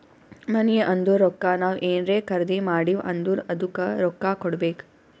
ಮನಿ ಅಂದುರ್ ರೊಕ್ಕಾ ನಾವ್ ಏನ್ರೇ ಖರ್ದಿ ಮಾಡಿವ್ ಅಂದುರ್ ಅದ್ದುಕ ರೊಕ್ಕಾ ಕೊಡ್ಬೇಕ್